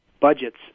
budgets